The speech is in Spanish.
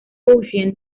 ocean